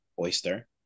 Oyster